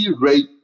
rate